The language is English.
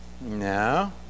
No